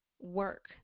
work